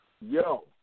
Yo